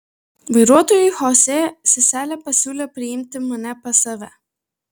vairuotojui chosė seselė pasiūlė priimti mane pas save